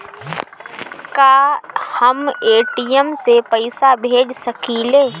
का हम ए.टी.एम से पइसा भेज सकी ले?